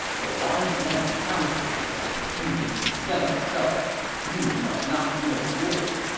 the wise man pounces when opportunity presents itself you must not miss yours.